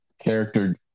character